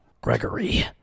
Gregory